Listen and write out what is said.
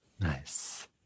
Nice